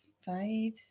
five